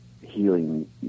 healing